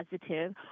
positive